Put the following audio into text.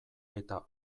eta